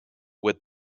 with